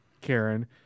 Karen